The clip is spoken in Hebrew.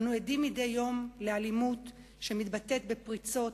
אנו עדים מדי יום לאלימות שמתבטאת בפריצות,